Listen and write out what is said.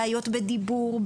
בעיות בדיבור,